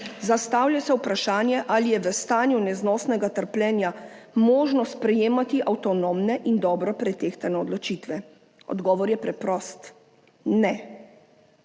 Zastavlja se vprašanje, ali je v stanju neznosnega trpljenja možno sprejemati avtonomne in dobro pretehtane odločitve. Odgovor je preprost – ne.